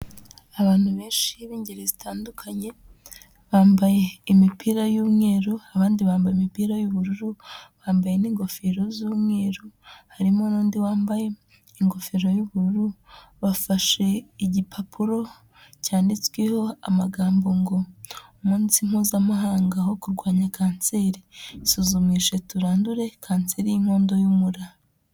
Abantu benshi b'ingeri zitandukanye, bambaye imipira y'umweru, abandi bambaye imipira y'ubururu, bambaye n'ingofero z'umweru harimo n'undi wambaye ingofero y'ubururu, bafashe igipapuro cyanditsweho amagambo ngo umunsi mpuzamahanga wo kurwanya kanseri, isuzumishe turandure kanseri y'inkondo y'umura.